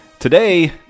Today